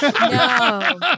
No